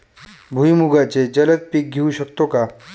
भुईमुगाचे जलद पीक घेऊ शकतो का?